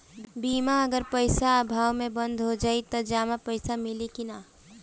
बीमा अगर पइसा अभाव में बंद हो जाई त जमा पइसा मिली कि न?